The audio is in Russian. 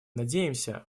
надеемся